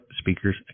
Speakers